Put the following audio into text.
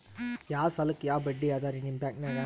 ಯಾ ಸಾಲಕ್ಕ ಯಾ ಬಡ್ಡಿ ಅದರಿ ನಿಮ್ಮ ಬ್ಯಾಂಕನಾಗ?